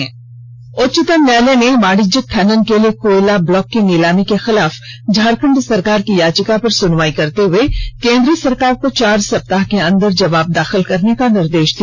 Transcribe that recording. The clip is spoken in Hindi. कोयला ब्लॉक उच्चतम न्यायालय ने वाणिज्यिक खनन के लिए कोयला ब्लॉक की नीलामी के खिलाफ झारखण्ड सरकार की याचिका पर सुनवाई करते हए केंद्र सरकार को चार सप्ताह के अंदर जवाब दाखिल करने का निर्देश दिया